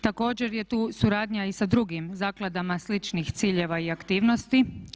Također je tu suradnja i sa drugim zakladama sličnih ciljeva i aktivnosti.